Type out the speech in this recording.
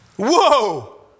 Whoa